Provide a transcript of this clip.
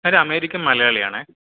ഞാൻ ഒരു അമേരിക്കൻ മലയാളി ആണ്